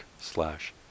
slash